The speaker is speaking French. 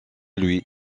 lui